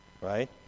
right